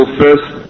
first